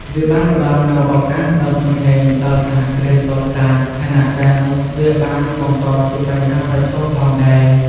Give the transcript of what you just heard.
វាបានផ្តល់នូវឱកាសដ៏ធំធេងដល់សហគ្រិនតូចតាច ខណៈដែលវាបានបង្កជាបញ្ហាប្រឈមផងដែរ។